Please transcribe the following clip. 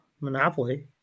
Monopoly